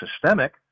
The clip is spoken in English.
systemic